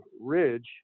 ridge